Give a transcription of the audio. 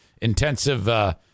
intensive